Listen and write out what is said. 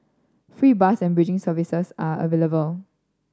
free bus and bridging services are available